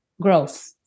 growth